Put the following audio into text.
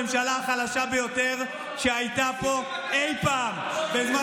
הממשלה החלשה ביותר שהייתה פה אי פעם: בזמן